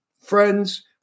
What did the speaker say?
friends